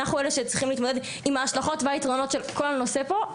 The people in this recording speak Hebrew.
ואנחנו אלה שצריכים להתמודד עם ההשלכות והיתרונות של כל הנושא פה.